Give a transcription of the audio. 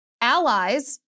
allies